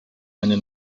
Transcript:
eine